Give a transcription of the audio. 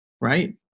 right